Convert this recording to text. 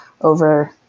over